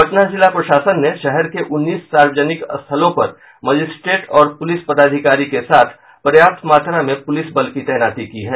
पटना जिला प्रशासन ने शहर के उन्नीस सार्वजनिक स्थलों पर मजिस्ट्रेट और पुलिस पदाधिकारी के साथ पर्याप्त मात्रा में पुलिस बल की तैनाती की है